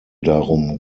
darum